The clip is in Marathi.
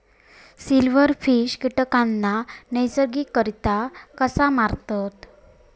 सिल्व्हरफिश कीटकांना नैसर्गिकरित्या कसा मारतत?